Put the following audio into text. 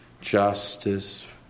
justice